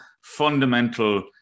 fundamental